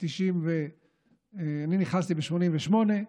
אני נכנסתי ב-1988,